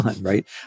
right